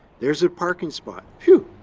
there's a parking spot. whew!